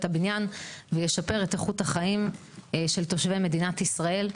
הבניין וישפר את איכות החיים של תושבי מדינת ישראל.